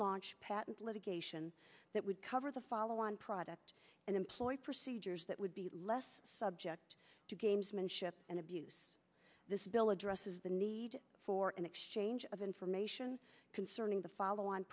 launch patent litigation that would cover the follow on product and employ procedures that would be less subject to gamesmanship and abuse this bill addresses the need for an exchange of information concerning the follow